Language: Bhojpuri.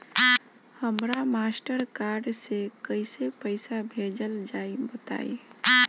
हमरा मास्टर कार्ड से कइसे पईसा भेजल जाई बताई?